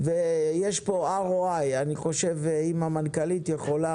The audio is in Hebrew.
ויש פה ROI. אני חושב, אם המנכ"לית יכולה